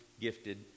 gifted